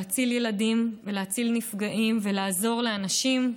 להציל ילדים ולהציל נפגעים ולעזור לאנשים,